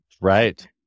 Right